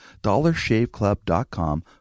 dollarshaveclub.com